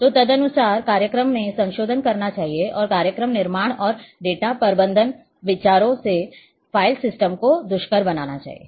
तो तदनुसार कार्यक्रम में संशोधन करना चाहिए और कार्यक्रम निर्माण और डेटा प्रबंधन विचारों से फ़ाइल सिस्टम को दुष्कर बनाना चाहिए